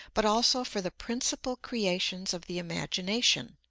but also for the principal creations of the imagination.